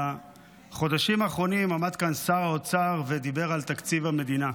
בחודשים האחרונים עמד כאן שר האוצר ודיבר על תקציב המדינה.